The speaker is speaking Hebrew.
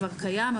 כבר קיים,